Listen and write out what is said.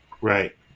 Right